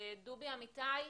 דובי אמיתי,